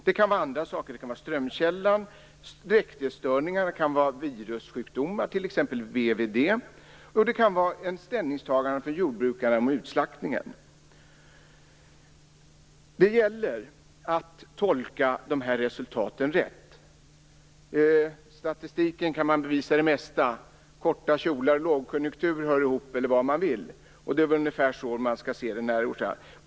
Det kan vara andra saker - strömkällan, dräktighetsstörningar eller virussjukdomar som t.ex. VVD. Det kan också vara ett ställningstagande för jordbrukaren om utslaktningen. Det gäller att tolka de här resultaten rätt. Med statistik kan man bevisa det mesta - att korta kjolar och lågkonjunktur hör ihop eller vad man vill. Det är väl ungefär så man skall se det här.